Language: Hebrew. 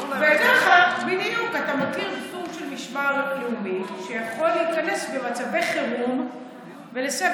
וככה אתה מקים סוג של משמר לאומי שיכול להיכנס למצבי חירום ולסייע.